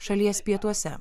šalies pietuose